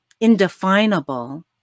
indefinable